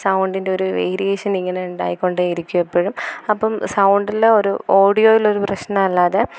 സൗണ്ടിൻറ്റൊരു വേരിയേഷനിങ്ങനെ ഉണ്ടായിക്കൊണ്ടേ ഇരിക്കും എപ്പോഴും അപ്പം സൗണ്ടിൽ ഒരു ഓഡിയോയിലൊരു പ്രശ്നം അല്ലാതെ